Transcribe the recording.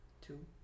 two